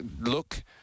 look